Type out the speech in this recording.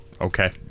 Okay